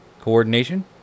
Coordination